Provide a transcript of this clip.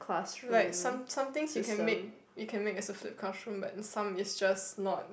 like some somethings you can make you can make as a flip classroom but some is just not